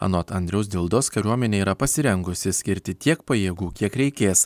anot andriaus dildos kariuomenė yra pasirengusi skirti tiek pajėgų kiek reikės